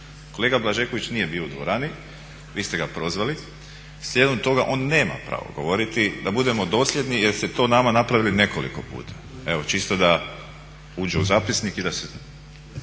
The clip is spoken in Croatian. Kolega Blažeković nije bio u dvorani, vi ste ga prozvali. Slijedom toga on nema pravo govoriti, da budemo dosljedni jer ste to nama napravili nekoliko puta. Evo čisto da uđe u zapisnik i da se